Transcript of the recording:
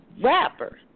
rapper